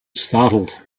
startled